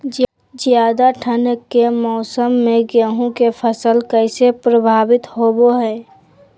ज्यादा ठंड के मौसम में गेहूं के फसल कैसे प्रभावित होबो हय?